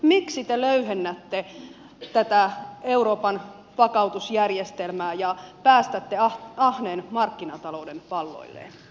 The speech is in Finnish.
miksi te löyhennätte tätä euroopan vakautusjärjestelmää ja päästätte ahneen markkinatalouden valloilleen